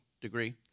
degree